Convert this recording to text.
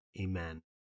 Amen